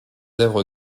œuvres